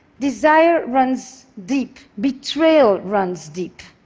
desire runs deep. betrayal runs deep.